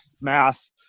math